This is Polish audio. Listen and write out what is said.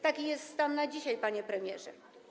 Taki jest stan na dzisiaj, panie premierze.